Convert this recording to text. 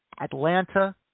Atlanta